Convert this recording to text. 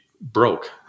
broke